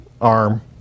arm